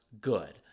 good